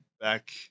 back